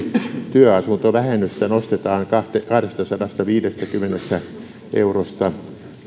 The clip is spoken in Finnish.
työasuntovähennystä nostetaan kahdestasadastaviidestäkymmenestä eurosta